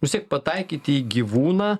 vis tiek pataikyti į gyvūną